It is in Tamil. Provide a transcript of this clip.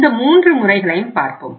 இந்த மூன்று முறைகளையும் பார்ப்போம்